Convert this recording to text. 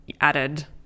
added